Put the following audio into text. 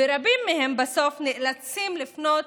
ורבים מהם בסוף נאלצים לפנות